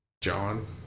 John